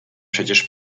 przecież